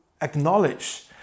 acknowledge